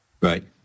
right